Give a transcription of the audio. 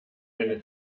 eine